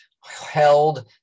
held